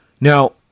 Now